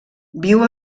viu